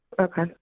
Okay